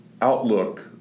outlook